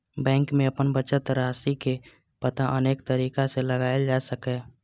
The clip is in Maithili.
बैंक मे अपन बचत राशिक पता अनेक तरीका सं लगाएल जा सकैए